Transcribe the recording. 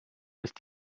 ist